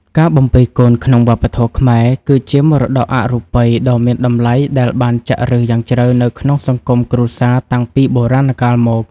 ការបំពេកូនក្នុងវប្បធម៌ខ្មែរ គឺជាមរតកអរូបីដ៏មានតម្លៃដែលបានចាក់ឫសយ៉ាងជ្រៅនៅក្នុងសង្គមគ្រួសារតាំងពីបុរាណកាលមក។